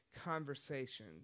conversation